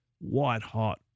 white-hot